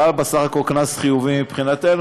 אבל בסך הכול קנס חיובי מבחינתנו,